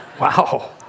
Wow